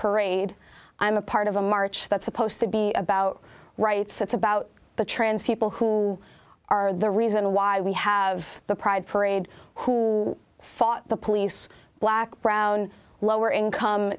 parade i'm a part of a march that's supposed to be about rights it's about the trans people who are the reason why we have the pride parade who fought the police black brown lower income